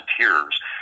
volunteers